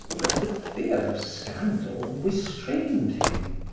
but the fear of scandal restrained him.